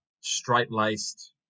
straight-laced